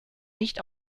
nicht